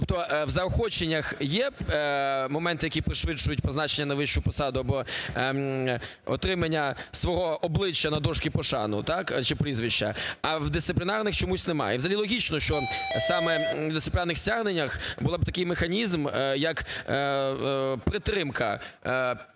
Тобто в заохоченнях є момент, який пришвидшує на призначення на вищу посаду або отримання свого обличчя на дошці пошани, так? Чи прізвища. А в дисциплінарних чомусь немає. І взагалі логічно, що саме дисциплінарних стягненнях був таких механізм, як притримка